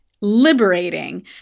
liberating